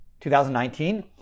2019